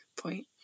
point